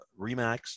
Remax